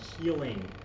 healing